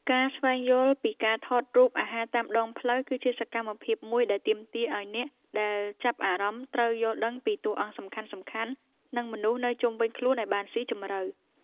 ការស្វែងយល់ពីការថតរូបអាហារតាមដងផ្លូវ គឺជាសកម្មភាពមួយដែលទាមទារឱ្យអ្នកដែលចាប់អារម្មណ៍ត្រូវយល់ដឹងពីតួអង្គសំខាន់ៗ និងមនុស្សនៅជុំវិញខ្លួនឱ្យបានស៊ីជម្រៅ។